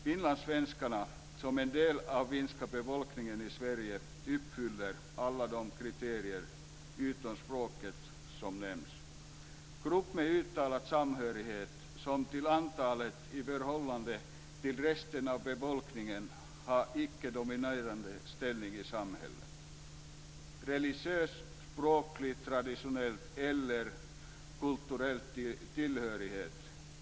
Finlandssvenskarna som en del av den finska befolkningen i Sverige uppfyller alla de kriterier, utom språket, som nämns · grupp med uttalad samhörighet som till antalet i förhållande till resten av befolkningen har en icke dominerande ställning i samhället, · religiös, språklig, traditionell och/eller kulturell tillhörighet.